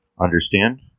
understand